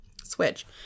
switch